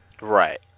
Right